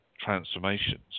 transformations